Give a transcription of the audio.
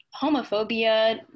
homophobia